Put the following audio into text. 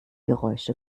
geräusche